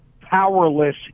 powerless